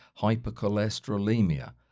hypercholesterolemia